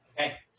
Okay